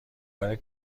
برای